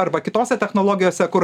arba kitose technologijose kur